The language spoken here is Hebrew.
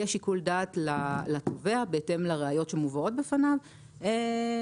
יש שיקול דעת לתובע בהתאם לראיות שמובאות בפניו לבחון.